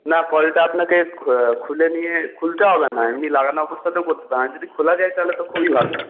না কলটা আপনাকে খুলে নিয়ে খুলতে হবে না এমনি লাগানো অবস্থাতেও করতে পারেন আর যদি খোলা যায় তাহলে তো খুবই ভালো